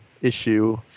issue